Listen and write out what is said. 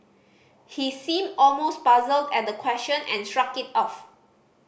he seemed almost puzzled at the question and shrugged it off